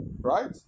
right